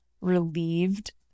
relieved